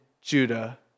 Judah